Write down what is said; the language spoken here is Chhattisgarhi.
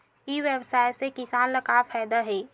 ई व्यवसाय से किसान ला का फ़ायदा हे?